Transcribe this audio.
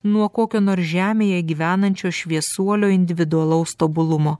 nuo kokio nors žemėje gyvenančio šviesuolio individualaus tobulumo